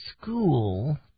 school